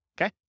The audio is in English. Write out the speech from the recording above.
Okay